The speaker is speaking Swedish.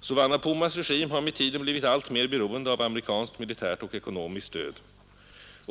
Souvanna Phoumas regim har med tiden blivit alltmer beroende av amerikanskt militärt och ekonomiskt stöd.